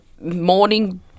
morning –